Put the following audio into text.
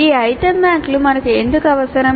ఈ ఐటమ్ బ్యాంకులు మనకు ఎందుకు అవసరం